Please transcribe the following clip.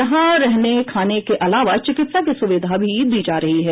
यहां रहने खाने के अलावा चिकित्सा की सुविधा भी दी जा रही है